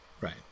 right